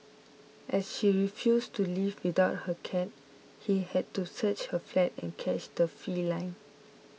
as she refused to leave without her cat he had to search her flat and catch the feline